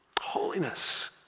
holiness